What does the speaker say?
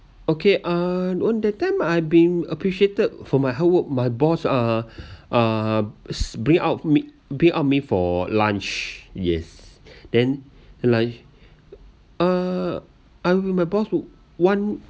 okay uh on that time I been appreciated for my hard work my boss uh uh s~ bring out me bring out me for lunch yes then lunch uh I with my boss one